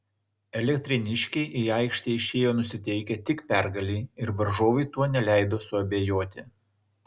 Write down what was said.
elektrėniškiai į aikštę išėjo nusiteikę tik pergalei ir varžovui tuo neleido suabejoti